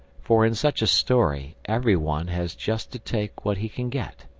for in such a story every one has just to take what he can get.